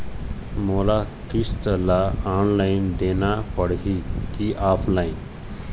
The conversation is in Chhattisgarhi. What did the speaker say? मोला किस्त ला ऑनलाइन देना पड़ही की ऑफलाइन?